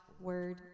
word